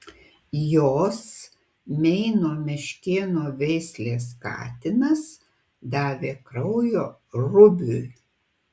jos meino meškėno veislės katinas davė kraujo rubiui